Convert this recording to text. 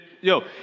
yo